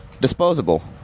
Disposable